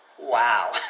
wow